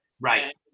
right